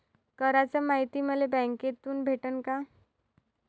कराच मायती मले बँकेतून भेटन का?